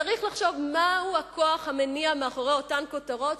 צריך לחשוב מהו הכוח המניע מאחורי אותן כותרות,